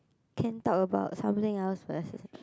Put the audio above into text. can talk about something else first